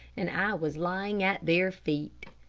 and i was lying at their feet.